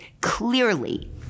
clearly